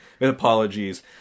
apologies